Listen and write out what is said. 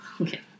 Okay